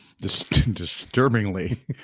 Disturbingly